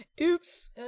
Oops